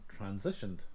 transitioned